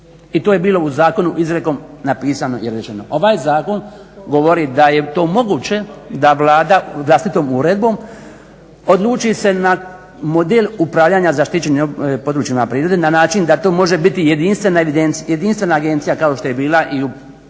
I to je bilo u zakonu izrekom napisano i rečeno. Ovaj zakon govori da je to moguće, da Vlada vlastitom uredbom odluči se na model upravljanja zaštićenim područjima prirode na način da to može bit jedinstvena agencija kao što je bila i u